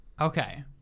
Okay